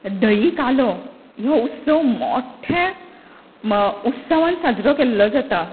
धयी कालो हो उत्सव मोठ्या म उत्सवान साजरो केल्लो जाता